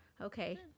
Okay